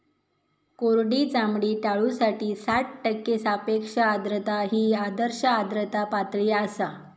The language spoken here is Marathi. कोरडी चामडी टाळूसाठी साठ टक्के सापेक्ष आर्द्रता ही आदर्श आर्द्रता पातळी आसा